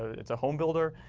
it's a home builder.